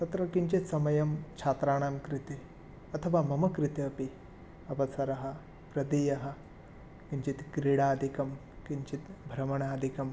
तत्र किञ्चित् समयः छात्राणां कृते अथवा मम कृते अपि अवसरः प्रदेयः किञ्चित् क्रीडादिकं किञ्चित् भ्रमणादिकं